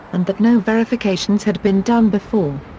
and that no verifications had been done before.